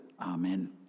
Amen